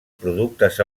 productes